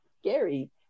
scary